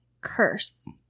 curse